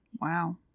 Wow